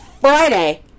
Friday